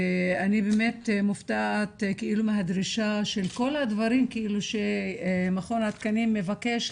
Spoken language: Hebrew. אני באמת מופתעת מהדרישה של כל הדברים שמכון התקנים מבקש,